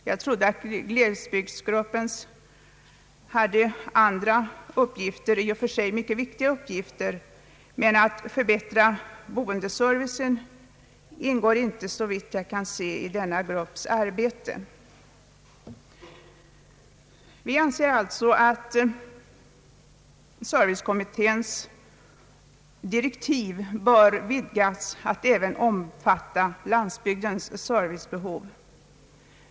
Jag trodde att glesbygdsgruppen hade andra i och för sig mycket viktiga uppgifter, men såvitt jag kan se ingår det inte i denna grupps arbete att förbättra boendeservicen. Vi anser alltså att servicekommitténs direktiv bör vidgas till att omfatta även landsbygdens servicebehov.